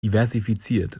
diversifiziert